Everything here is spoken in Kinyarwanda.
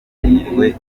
yiriwe